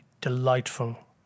delightful